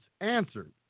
answered